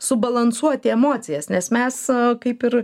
subalansuoti emocijas nes mes kaip ir